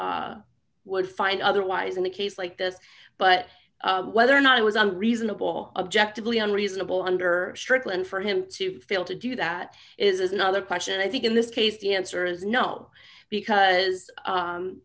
would would find otherwise in a case like this but whether or not it was on reasonable objectively unreasonable under strickland for him to fail to do that is another question i think in this case the answer is no because